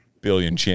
Billion